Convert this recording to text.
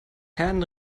herrn